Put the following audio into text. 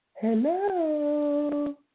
hello